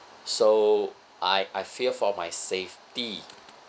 so I I fear for my safety